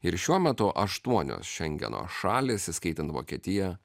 ir šiuo metu aštuonios šengeno šalys įskaitant vokietiją